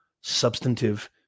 substantive